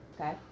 Okay